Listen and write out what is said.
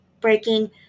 breaking